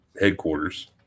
headquarters